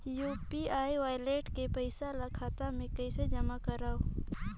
UPI wallet के पईसा ल खाता मे कइसे जमा करव?